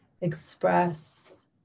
express